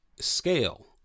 scale